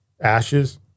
ashes